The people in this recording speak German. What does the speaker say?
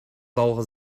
saure